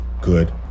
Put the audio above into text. good